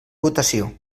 votació